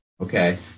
Okay